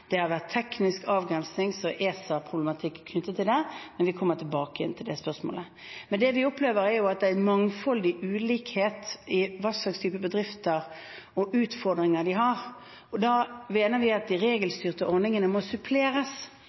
Det har vært teknisk avgrensning, ESA-problematikk, knyttet til det. Men vi kommer tilbake til det spørsmålet. Det vi opplever, er at det er et mangfold i ulikhet, i type bedrifter og utfordringer de har. Da mener vi at de regelstyrte ordningene må suppleres